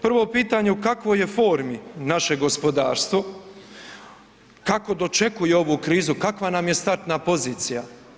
Prvo pitanje, u kakvoj je formi naše gospodarstvo, kako dočekuje ovu krizu, kava nam je startna pozicija?